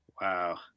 Wow